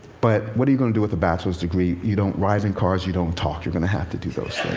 but what are you going to do with a bachelor's degree? you don't ride in cars, you don't talk you're going to have to do those